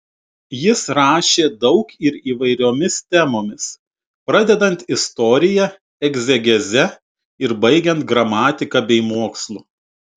jis rašė daug ir įvairiomis temomis pradedant istorija egzegeze ir baigiant gramatika bei mokslu